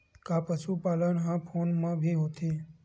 का पशुपालन ह फोन म भी होथे?